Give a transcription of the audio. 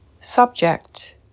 Subject